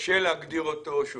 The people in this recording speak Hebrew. שקשה להגדירו והוא